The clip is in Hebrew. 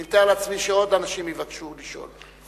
אני מתאר לעצמי שעוד אנשים יבקשו לשאול.